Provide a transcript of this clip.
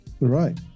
Right